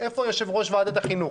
איפה יושב-ראש ועדת החינוך?